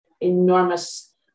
enormous